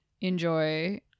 enjoy